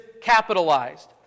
capitalized